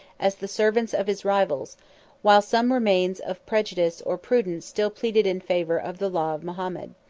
as the servants of his rivals while some remains of prejudice or prudence still pleaded in favor of the law of mahomet.